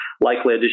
likely